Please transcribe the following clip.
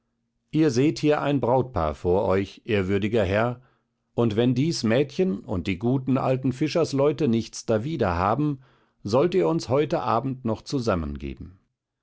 ihr seht hier ein brautpaar vor euch ehrwürdiger herr und wenn dies mädchen und die guten alten fischersleute nichts dawider haben sollt ihr uns heute abend noch